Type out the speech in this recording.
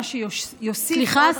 סליחה,